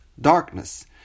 darkness